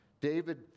David